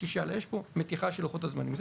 אלא יש פה מתיחה של לוחות הזמנים.